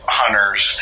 hunters